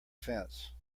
fence